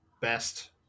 best